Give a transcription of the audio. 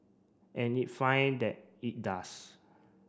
and if fine that it does